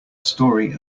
story